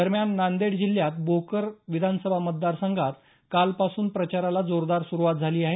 दरम्यान नांदेड जिल्ह्यात भोकर विधानसभा मतदार संघात कालपासून प्रचाराला जोरदार सुरुवात झाली आहे